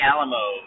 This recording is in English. Alamo